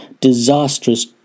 disastrous